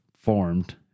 formed